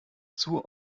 zur